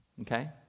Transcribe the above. Okay